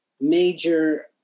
major